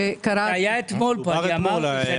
זה היה אתמול פה, אמרתי שאני אטפל בזה.